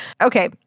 Okay